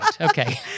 Okay